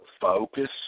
focus